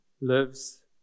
lives